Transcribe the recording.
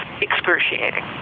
excruciating